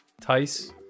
tice